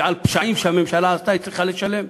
כי על פשעים שהממשלה עשתה היא צריכה לשלם,